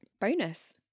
Bonus